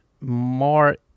more